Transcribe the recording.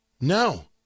No